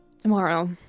Tomorrow